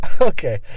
Okay